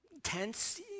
tense